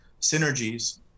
synergies